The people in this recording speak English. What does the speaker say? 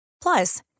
Plus